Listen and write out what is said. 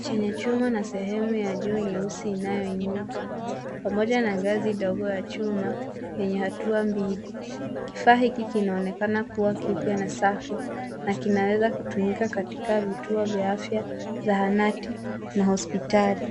chenye chuma na sehemu ya juu nyeusi inayoinuka pamoja na ngazi ndogo ya chuma yenye hatua mbili. Kifaa hiki kinaonekana kuwa kipya na safi na kinaweza kutumika katika vituo vya afya, zahanati na hospitali.